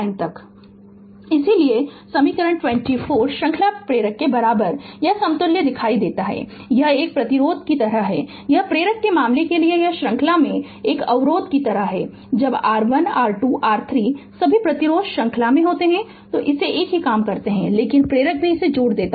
Refer Slide Time 1916 इसलिए समीकरण 24 श्रृंखला प्रेरक के बराबर समतुल्य दिखाता है यह एक प्रतिरोध की तरह है यह प्रेरक के मामले लिए यह श्रृंखला में एक अवरोधक की तरह है जब R1 R2 R3 सभी प्रतिरोध श्रृंखला में होते हैं इसे एक ही काम करते हैं लेकिन प्रेरक भी इसे जोड़ देता है